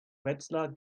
wetzlar